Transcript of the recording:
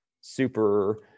super